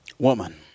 Woman